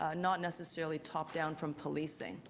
ah not necessarily top down from policing.